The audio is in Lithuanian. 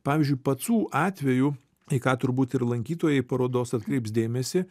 pavyzdžiui pacų atveju į ką turbūt ir lankytojai parodos atkreips dėmesį